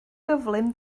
gyflym